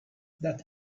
that